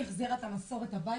היא החזירה את המסורת הביתה.